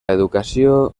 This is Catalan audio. educació